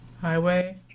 highway